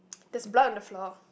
there's blood on the floor